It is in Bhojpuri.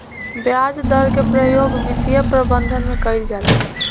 ब्याज दर के प्रयोग वित्तीय प्रबंधन में कईल जाला